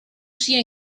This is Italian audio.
sia